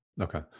Okay